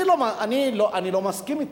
אני לא מסכים אתם,